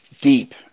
deep